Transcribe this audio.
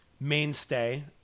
mainstay